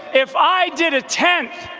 if i did a tenth,